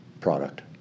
product